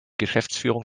geschäftsführung